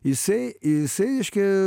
jisai jisai reiškia